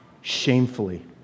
shamefully